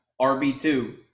RB2